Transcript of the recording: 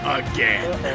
again